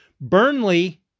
Burnley